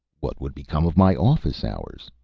what would become of my office hours?